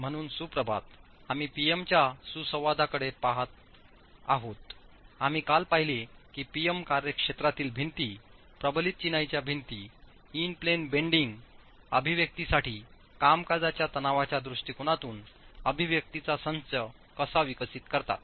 म्हणून सुप्रभात आम्ही P M च्या सुसंवादांकडे पाहत आहोत आम्ही काल पाहिले की P M कार्यक्षेत्रातील भिंती प्रबलित चिनाईच्या भिंती इन प्लेन बेंडिंग अभिव्यक्तीसाठी कामकाजाच्या तणावाच्या दृष्टिकोनातून अभिव्यक्तींचा संच कसा विकसित करतात